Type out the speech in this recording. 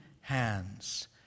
hands